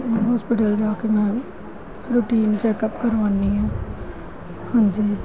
hospital ਜਾ ਕੇ ਮੈਂ ਰੂਟੀਨ ਚੈਕ ਅਪ ਕਰਵਾਉਂਦੀ ਹਾਂ ਹਾਂਜੀ